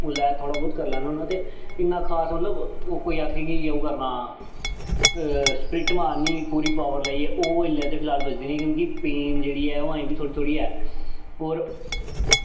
उसलै थोह्ड़ा बौह्त करी लैन्ना होन्ना ते इन्ना खास मतलब हून कोई आक्खै कि ओह् अपना स्परिट मारनी पूरी पावर लाइयै ओह् इसलै बज़दी निं क्योंकि पेन जेह्ड़ी ऐ ओह् अजें बी थोह्ड़ी थोह्ड़ी ऐ होर